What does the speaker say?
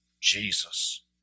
Jesus